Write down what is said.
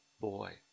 boy